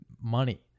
money